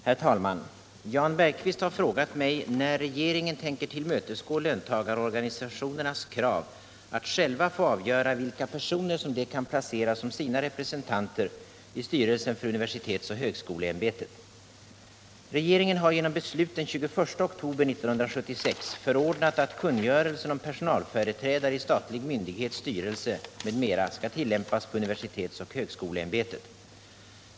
Herr talman! Jan Bergqvist har frågat mig när regeringen tänker tillmötesgå löntagarorganisationernas krav att själva få avgöra vilka personer som de kan placera som sina representanter i styrelsen för universitetsoch högskoleämbetet. Regeringen har genom beslut den 21 oktober 1976 förordnat att kungörelsen om personalföreträdare i statlig myndighets styrelse m.m. skall tillämpas på universitetsoch högskoleämbetet.